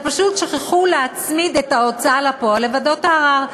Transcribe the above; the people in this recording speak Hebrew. פשוט שכחו להצמיד את ההוצאה לפועל לוועדות הערר.